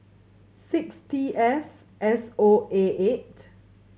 six T S S O A eight